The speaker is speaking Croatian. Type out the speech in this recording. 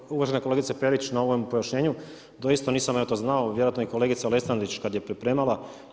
Hvala uvažena kolegice Perić na ovom pojašnjenju, doista nisam ja to znao, vjerojatno … kolegica Lesandrić kada je pripremala.